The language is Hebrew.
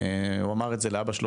הוא אמר את זה לאביו,